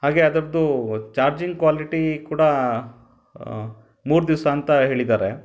ಹಾಗೇ ಅದ್ರದ್ದು charging quality ಕೂಡ ಮೂರು ದಿವಸ ಅಂತ ಹೇಳಿದ್ದಾರೆ